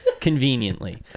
Conveniently